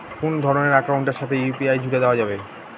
কোন ধরণের অ্যাকাউন্টের সাথে ইউ.পি.আই জুড়ে দেওয়া যাবে?